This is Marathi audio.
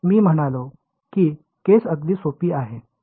तर मी म्हणालो की केस अगदी सोपी आहे